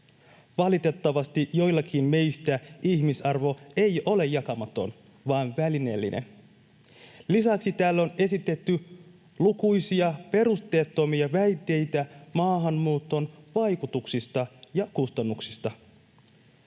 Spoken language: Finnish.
Valitettavasti joillekin meistä ihmisarvo ei ole jakamaton vaan välineellinen. Lisäksi täällä on esitetty lukuisia perusteettomia väitteitä maahanmuuton vaikutuksista ja kustannuksista.